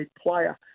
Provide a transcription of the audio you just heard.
player